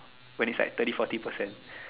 when it's like thirty forty percent